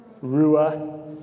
Rua